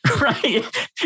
Right